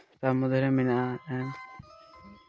ᱛᱟᱨ ᱢᱚᱫᱽᱫᱷᱮ ᱨᱮ ᱢᱮᱱᱟᱜᱼᱟ